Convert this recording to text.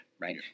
right